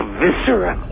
viscera